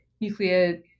nuclear